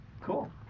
Cool